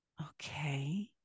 okay